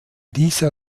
dieser